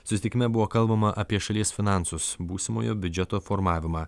susitikime buvo kalbama apie šalies finansus būsimojo biudžeto formavimą